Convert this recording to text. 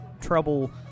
trouble